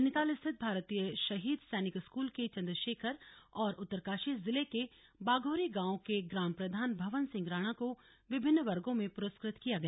नैनीताल स्थित भारतीय शहीद सैनिक स्कूल के चंद्रशेखर और उत्तरकाशी जिले के बाघोरी गांव के ग्राम प्रधान भवन सिंह राणा को विभिन्न वर्गो में पुरस्कत किया गया